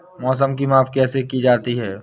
मौसम की माप कैसे की जाती है?